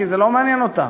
כי זה לא מעניין אותה.